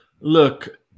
Look